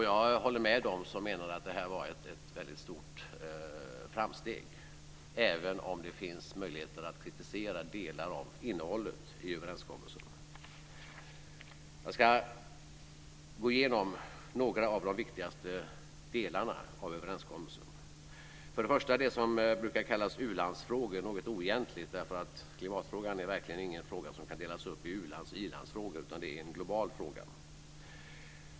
Jag håller med dem som menar att det var ett stort framsteg, även om man kan kritisera delar av innehållet i överenskommelsen. Jag ska gå igenom några av de viktigaste delarna av överenskommelsen. Jag börjar med det som något oegentligt brukar kallas u-landsfrågor. Klimatfrågan är verkligen inte något som kan delas upp i u-lands och i-landsfrågor, utan det är en global fråga.